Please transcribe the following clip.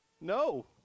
No